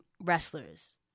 wrestlers